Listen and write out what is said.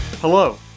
Hello